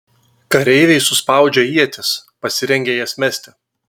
kareiviai suspaudžia ietis pasirengia jas mesti